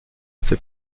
ces